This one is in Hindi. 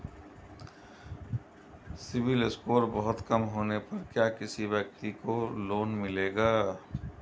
सिबिल स्कोर बहुत कम होने पर क्या किसी व्यक्ति को लोंन मिलेगा?